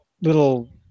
little